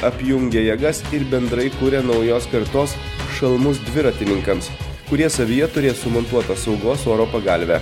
apjungia jėgas ir bendrai kuria naujos kartos šalmus dviratininkams kurie savyje turės sumontuotą saugos oro pagalvę